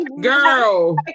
Girl